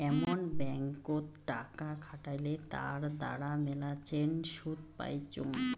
এমন ব্যাঙ্কত টাকা খাটালে তার দ্বারা মেলাছেন শুধ পাইচুঙ